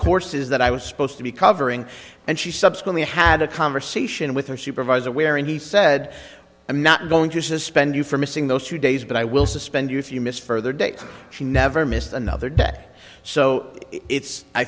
courses that i was supposed to be covering and she subsequently had a conversation with her supervisor wherein he said i'm not going to suspend you for missing those three days but i will suspend you if you miss further date she never missed another day so it's i